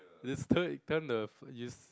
you just te~ tell him the